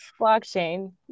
blockchain